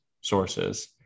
sources